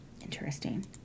interesting